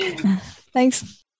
Thanks